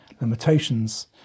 limitations